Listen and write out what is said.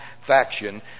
faction